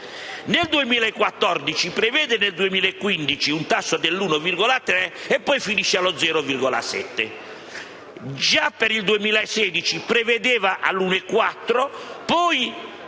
Nel 2014 prevedeva per il 2015 un tasso dell'1,3 per poi finire allo 0,7. Già per il 2016 prevedeva l'1,4; poi